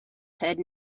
heard